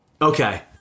Okay